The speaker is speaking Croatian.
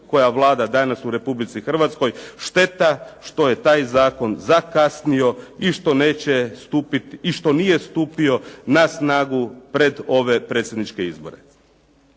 koja vlada danas u Republici Hrvatskoj. Šteta što je taj zakon zakasnio i što nije stupio na snagu pred ove predsjedničke izbore.